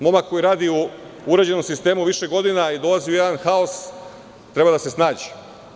Momak koji radi u uređenom sistemu više godina i dolazi u jedan haos treba da se snađe.